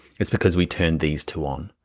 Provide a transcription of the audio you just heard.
it's because we turned these two on,